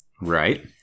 Right